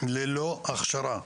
ללא הכשרה.